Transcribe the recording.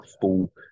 full